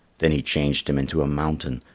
then he changed him into a mountain,